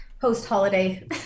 post-holiday